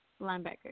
linebacker